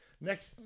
next